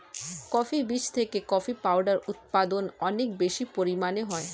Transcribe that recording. coffee বীজ থেকে coffee powder উৎপাদন অনেক বেশি পরিমাণে হয়